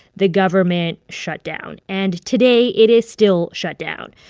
the government shut down. and today, it is still shut down.